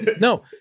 No